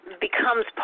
becomes